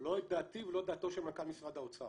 לא את דעתי ולא את דעתו של מנכ"ל משרד האוצר